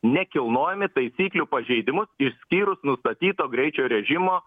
nekilnojami taisyklių pažeidimus išskyrus nustatyto greičio režimo